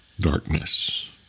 darkness